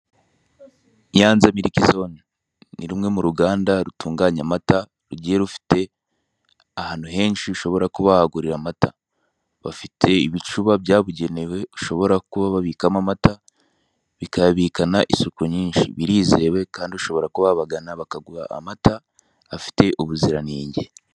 Nyanza miriki zone, ni rumwe mu ruganda rutunganya amata, rugiye rufite ahantu henshi ushobora kuba wagurira amata. Bafite ibicuba byabugenewe bashobora kuba babikamo amata, bikayabikana isuku nyinshi. Birizewe kandi ushobora kuba wabagana bakaguha amata afite ubuziranenge.